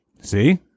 See